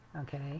Okay